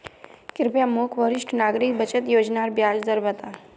कृप्या मोक वरिष्ठ नागरिक बचत योज्नार ब्याज दर बता